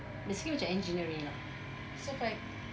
basically macam engineering lah